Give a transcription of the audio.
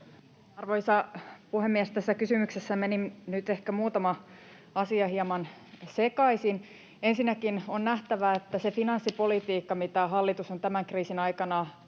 Arvoisa puhemies! Tässä kysymyksessä meni nyt ehkä muutama asia hieman sekaisin. Ensinnäkin on nähtävä, että se finanssipolitiikka, mitä hallitus on tämän kriisin aikana